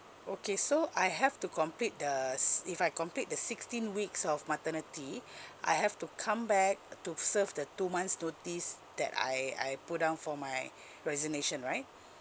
okay so I have to complete the s~ if I complete the sixteen weeks of maternity I have to come back to serve the two months notice that I I put down for my resignation right